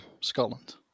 Scotland